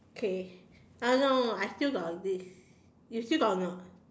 K uh no no I still got this you still got or not